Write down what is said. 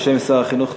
בשם שר החינוך,